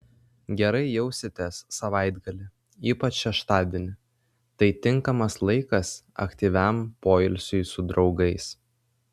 gerai jausitės savaitgalį ypač šeštadienį tai tinkamas laikas aktyviam poilsiui su draugais